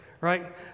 right